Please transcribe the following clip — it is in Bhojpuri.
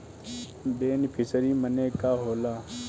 बेनिफिसरी मने का होला?